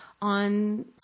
on